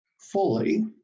fully